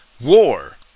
war